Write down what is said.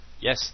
Yes